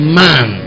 man